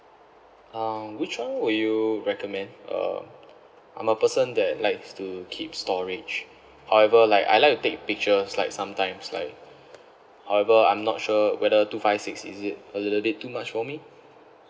uh which one will you recommend uh I'm a person that likes to keep storage however like I like to take pictures like sometimes like however I'm not sure whether two five six is it a little bit too much for me